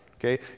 Okay